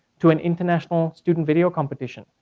to an international student video competition.